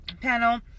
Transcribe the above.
panel